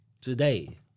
today